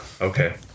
okay